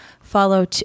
follow